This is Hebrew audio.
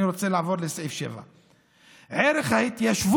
אני רוצה לעבור לסעיף 7. "ערך ההתיישבות